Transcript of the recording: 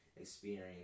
experience